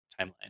timeline